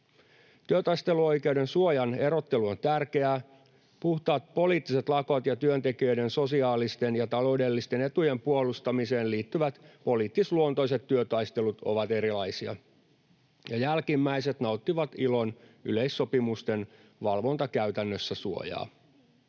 Työtaisteluoikeuden suojan erottelu on tärkeää. Puhtaat poliittiset lakot ja työntekijöiden sosiaalisten ja taloudellisten etujen puolustamiseen liittyvät poliittisluontoiset työtaistelut ovat erilaisia, ja jälkimmäiset nauttivat suojaa ILOn yleissopimusten valvontakäytännössä.